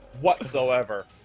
whatsoever